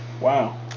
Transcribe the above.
Wow